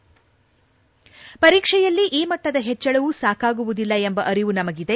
ಪರೀಕ್ಷೆಯಲ್ಲಿ ಈ ಮಟ್ಟದ ಹೆಚ್ಚಳವೂ ಸಾಕಾಗುವುದಿಲ್ಲ ಎಂಬ ಅರಿವು ನಮಗೆ ಇದೆ